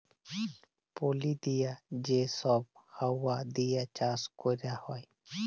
পলি দিঁয়ে যে ছব হাউয়া দিঁয়ে চাষ ক্যরা হ্যয়